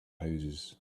houses